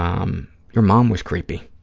um your mom was creepy.